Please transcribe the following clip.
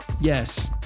Yes